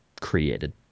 created